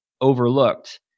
overlooked